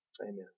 Amen